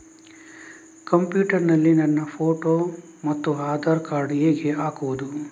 Computer ನಲ್ಲಿ ನನ್ನ photo ಮತ್ತು ಆಧಾರ್ ಕಾರ್ಡ್ ಹೇಗೆ ಹಾಕುವುದು?